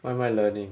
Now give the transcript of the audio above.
what am I learning